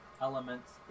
elements